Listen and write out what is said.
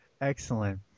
Excellent